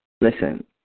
Listen